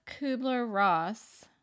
Kubler-Ross